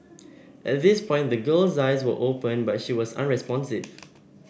at this point the girl's eyes were open but she was unresponsive